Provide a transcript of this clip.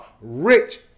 rich